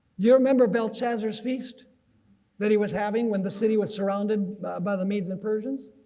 you remember belshazzar feast that he was having when the city was surrounded by the medes and persians?